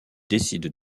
décide